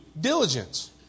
diligence